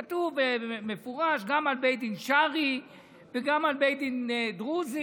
כתוב במפורש גם על בית דין שרעי וגם על בית דין דרוזי,